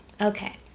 Okay